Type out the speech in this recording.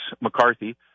McCarthy